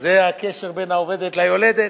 זה הקשר בין העובדת ליולדת,